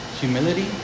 humility